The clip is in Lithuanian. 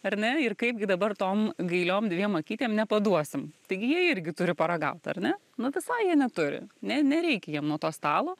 ar ne ir kaip gi dabar tom gailiom dviem akytėm nepaduosim taigi jie irgi turi paragaut ar ne nu visai jie neturi ne nereikia jiem nuo to stalo